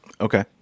Okay